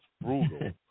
brutal